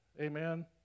amen